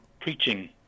preaching